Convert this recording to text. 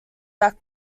that